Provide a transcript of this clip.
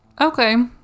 Okay